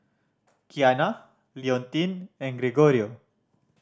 Qiana Leontine and Gregorio